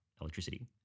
electricity